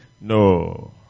No